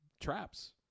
traps